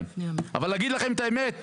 אבל להגיד לכם את האמת?